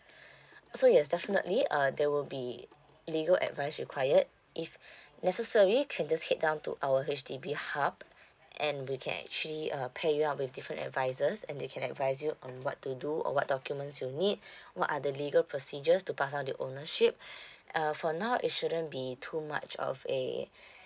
so yes definitely uh there will be legal advice required if necessary can just head down to our H_D_B hub and we can actually uh pair you up with different advisors and they can advise you on what to do or what documents you need what are the legal procedures to pass down the ownership uh for now it shouldn't be too much of a